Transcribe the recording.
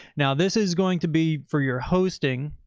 now, this is going to be for your hosting.